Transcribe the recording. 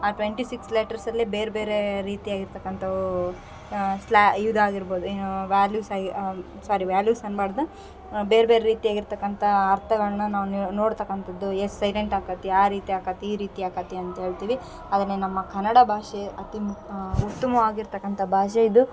ಆ twenty six letters ಅಲ್ಲಿ ಬೇರೆ ಬೇರೆ ರೀತಿಯಾಗಿರ್ತಕ್ಕಂಥವು ಸ್ಲ್ಯಾ ಇದಾಗಿರ್ಬೋದು ಏನು ವ್ಯಾಲ್ಯೂಸ್ ಆಗಿ ಸ್ವಾರಿ ವ್ಯಾಲ್ಯೂಸ್ ಅನ್ಬಾಡ್ದು ಬೇರೆ ಬೇರೆ ರೀತಿಯಾಗಿರ್ತಕ್ಕಂಥ ಅರ್ಥಗಳ್ನ ನಾವು ನಿ ನೋಡ್ತಕ್ಕಂಥದ್ದು ಎಸ್ ಸೈಲೆಂಟ್ ಅಕತಿ ಆ ರೀತಿ ಅಕತಿ ಈ ರೀತಿ ಅಕತಿ ಅಂತ ಹೇಳ್ತಿವಿ ಅದನ್ನೇ ನಮ್ಮ ಕನ್ನಡ ಭಾಷೆ ಅತಿ ಮು ಉತ್ತಮವಾಗಿರ್ತಕ್ಕಂಥ ಭಾಷೆ ಇದು